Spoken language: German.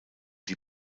die